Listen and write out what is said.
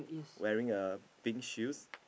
wearing a pink shoes